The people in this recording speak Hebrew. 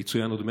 ויצוין עוד מעט,